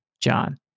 John